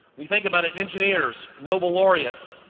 when you think about it, engineers, nobel laureates,